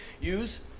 use